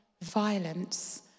violence